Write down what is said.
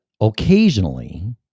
Occasionally